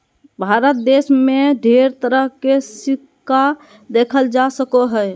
भारत देश मे ढेर तरह के सिक्का देखल जा सको हय